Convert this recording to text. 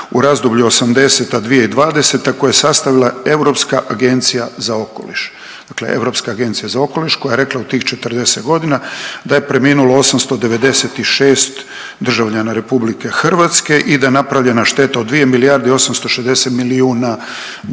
u razdoblju '80.-2020. koje je sastavila Europska agencija za okoliš, dakle Europska agencija za okoliš koja je rekla u tih 40 godina da je preminulo 896 državljana RH i da je napravljena šteta od 2 milijarde i 860 milijuna u